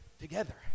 together